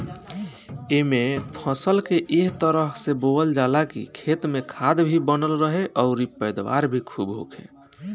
एइमे फसल के ए तरह से बोअल जाला की खेत में खाद भी बनल रहे अउरी पैदावार भी खुब होखे